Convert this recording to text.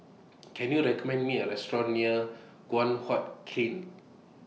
Can YOU recommend Me A Restaurant near Guan Huat Kiln